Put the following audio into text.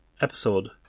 episode